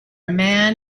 man